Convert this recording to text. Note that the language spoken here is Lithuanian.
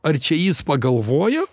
ar čia jis pagalvojo